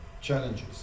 challenges